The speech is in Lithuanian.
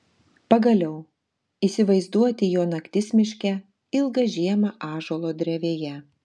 pagaliau įsivaizduoti jo naktis miške ilgą žiemą ąžuolo drevėje